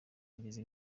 agize